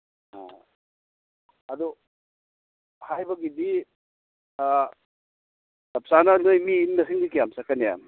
ꯑ ꯑꯗꯨ ꯍꯥꯏꯕꯒꯤꯗꯤ ꯆꯞ ꯆꯥꯅ ꯅꯣꯏ ꯃꯤ ꯃꯁꯤꯡꯗꯤ ꯀꯌꯥꯝ ꯆꯠꯀꯅꯤ